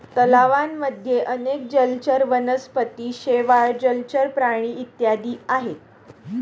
तलावांमध्ये अनेक जलचर वनस्पती, शेवाळ, जलचर प्राणी इत्यादी आहेत